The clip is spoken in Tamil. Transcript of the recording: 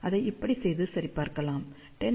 அதை இப்படி செய்து சரிபார்க்கலாம் 10 log 251 24 dB